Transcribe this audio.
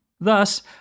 thus